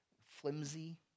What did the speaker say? flimsy